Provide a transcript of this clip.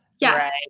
Yes